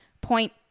point